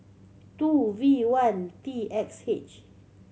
two V one T X H